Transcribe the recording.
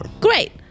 Great